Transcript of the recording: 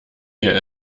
wir